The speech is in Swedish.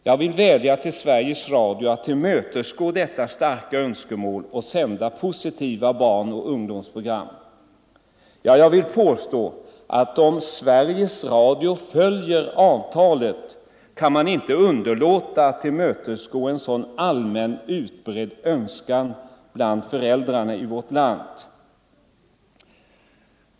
Jag vill vädja till Sveriges Radio att tillmötesgå detta starka önskemål och sända positiva barnoch ungdomsprogram. Ja, jag vill påstå att om Sveriges Radio följer avtalet kan man inte underlåta att tillmötesgå en sådan allmänt utbredd önskan bland föräldrarna i vårt land.